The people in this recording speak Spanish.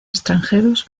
extranjeros